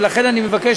ולכן אני מבקש,